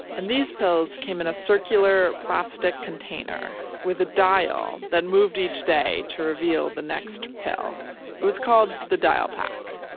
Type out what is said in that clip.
and these pills came in a circular plastic container with a dial then moved each day to reveal the next pill it was called the dialpack.